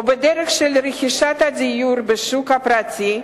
או בדרך של רכישת דירות בשוק הפרטי,